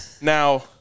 Now